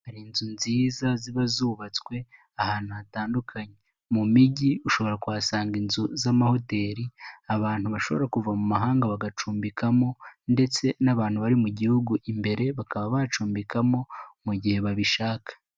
Hari inzu nziza ziba zubatswe ahantu hatandukanye, mu mijyi ushobora kuhasanga inzu z'amahoteli, abantu bashobora kuva mu mahanga bagacumbikamo, ndetse n'abantu bari mu gihugu imbere bakaba bacumbikamo mu gihe babishaka.